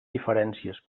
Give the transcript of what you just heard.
diferències